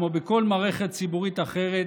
כמו בכל מערכת ציבורית אחרת,